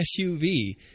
SUV